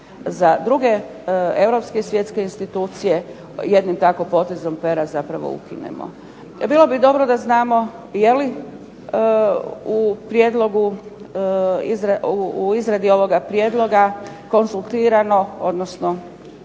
za druge europske i svjetske institucije jednim tako potezom pera zapravo ukinemo. Bilo bi dobro da znamo je li u izradi ovoga prijedloga konzultirano, odnosno